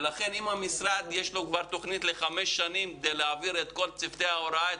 לכן אם למשרד כבר יש תוכנית לחמש שנים להעביר לצוותי ההוראה את